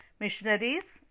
missionaries